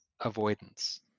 avoidance